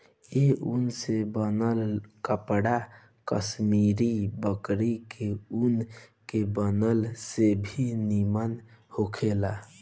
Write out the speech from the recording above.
ए ऊन से बनल कपड़ा कश्मीरी बकरी के ऊन के बनल से भी निमन होखेला